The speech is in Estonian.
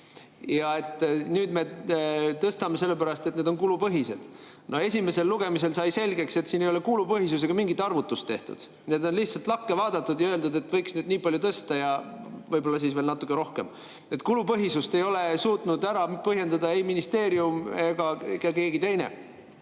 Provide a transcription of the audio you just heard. ja nüüd me tõstame sellepärast, et need on kulupõhised. Esimesel lugemisel sai selgeks, et siin ei ole kulupõhisusega mingit arvutust tehtud. On lihtsalt lakke vaadatud ja öeldud, et võiks nüüd nii palju tõsta ja võib-olla siis veel natuke rohkem. Kulupõhisust ei ole suutnud ära põhjendada ei ministeerium ega ka keegi teine.